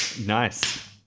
Nice